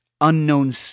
unknown